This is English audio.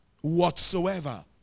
whatsoever